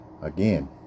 Again